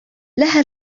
لها